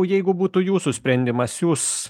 jeigu būtų jūsų sprendimas jūs